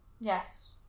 Yes